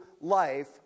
life